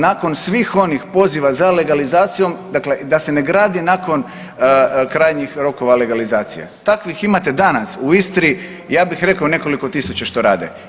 Nakon svih onih poziva za legalizacijom dakle da se na gradi nakon krajnjih rokova legalizacije, takvih imate danas u Istri ja bih rekao nekoliko tisuća što rade.